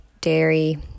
dairy